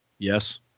Yes